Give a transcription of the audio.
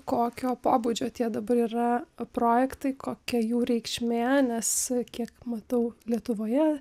kokio pobūdžio tie dabar yra projektai kokia jų reikšmė nes kiek matau lietuvoje